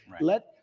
Let